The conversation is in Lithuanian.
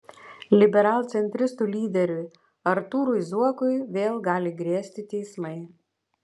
liberalcentristų lyderiui artūrui zuokui vėl gali grėsti teismai